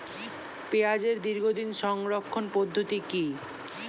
পেঁয়াজের দীর্ঘদিন সংরক্ষণ পদ্ধতি কি?